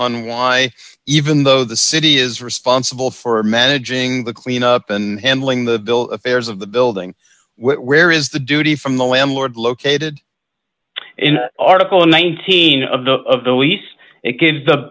on why even though the city is responsible for managing the cleanup and handling the bill affairs of the building where is the duty from the landlord located in article nineteen of the of the east it gives the